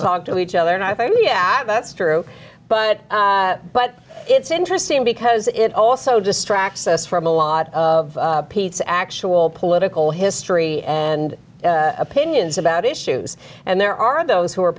talk to each other and i think yeah that's true but but it's interesting because it also distracts us from a lot of pete's actual political history and opinions about issues and there are those who are